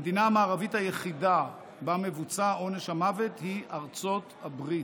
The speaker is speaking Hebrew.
המדינה המערבית היחידה שבה מבוצע עונש המוות היא ארצות הברית.